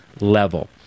level